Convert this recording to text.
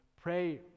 pray